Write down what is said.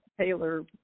Taylor